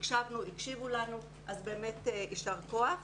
הקשבנו, הקשיבו לנו, אז יישר כוח.